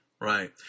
Right